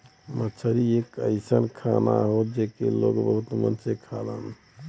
मछरी एक अइसन खाना हौ जेके लोग बहुत मन से खालन